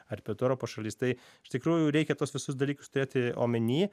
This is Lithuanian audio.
ar pietų europos šalis tai iš tikrųjų reikia tuos visus dalykus turėti omeny